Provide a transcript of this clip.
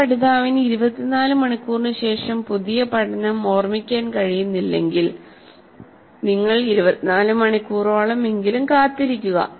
ഒരു പഠിതാവിന് 24 മണിക്കൂറിനുശേഷം പുതിയ പഠനം ഓർമ്മിക്കാൻ കഴിയുന്നില്ലെങ്കിൽ നിങ്ങൾ 24 മണിക്കൂറോളം എങ്കിലും കാത്തിരിക്കുക